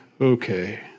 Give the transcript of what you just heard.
okay